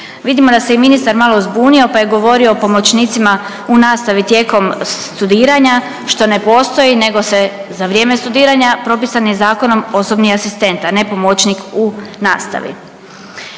Vidimo da se i ministar malo zbunio pa je govorio o pomoćnicima u nastavi tijekom studiranja što ne postoji, nego se za vrijeme studiranja propisan je zakonom osobni asistent, a ne pomoćnik u nastavi.